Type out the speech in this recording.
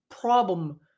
problem